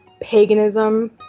paganism